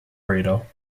reader